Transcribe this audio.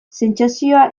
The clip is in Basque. sentsazioa